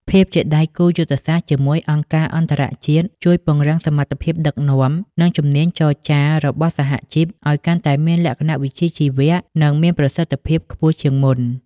ភាពជាដៃគូយុទ្ធសាស្ត្រជាមួយអង្គការអន្តរជាតិជួយពង្រឹងសមត្ថភាពដឹកនាំ និងជំនាញចរចារបស់សហជីពឱ្យកាន់តែមានលក្ខណៈវិជ្ជាជីវៈ និងមានប្រសិទ្ធភាពខ្ពស់ជាងមុន។